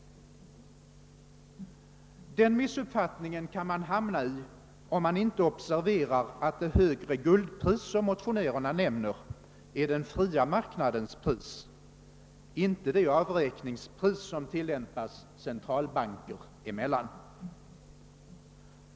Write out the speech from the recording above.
Den missuppfattningen kan man hamna i, om man inte observerar att det högre guldpris som motionärerna nämner är den fria marknadens pris, inte det avräkningspris som tillämpas centralbanker emellan.